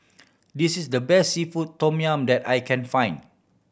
this is the best seafood tom yum that I can find